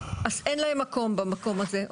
אז אין להם מקום במקום הזה.